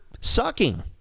sucking